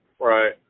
right